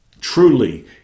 truly